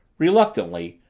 reluctantly,